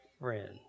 friend